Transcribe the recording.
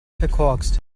verkorkst